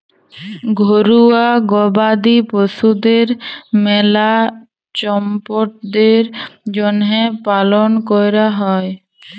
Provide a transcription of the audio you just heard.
ঘরুয়া গবাদি পশুদের মেলা ছম্পদের জ্যনহে পালন ক্যরা হয়